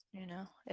you know,